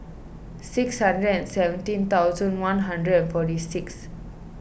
six hundred and seventeen thousand one hundred and forty six